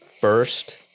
first